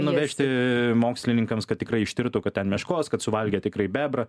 nuvežti mokslininkams kad tikrai ištirtų kad ten meškos kad suvalgė tikrai bebrą